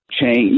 change